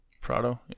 Prado